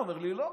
הוא אומר לי: לא.